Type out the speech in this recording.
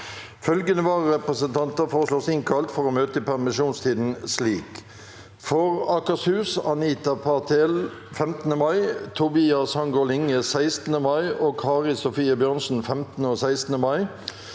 Følgende vararepresentanter innkalles for å møte i permisjonstiden slik: For Akershus: Anita Patel 15. mai, Tobias Hangaard Linge 16. mai og Kari Sofie Bjørnsen 15.–16. mai